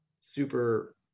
super